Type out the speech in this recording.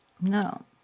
no